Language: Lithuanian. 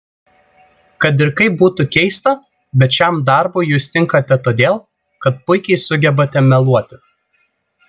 kad ir kaip būtų keista bet šiam darbui jūs tinkate todėl kad puikiai sugebate meluoti